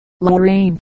Lorraine